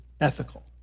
ethical